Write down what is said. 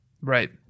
right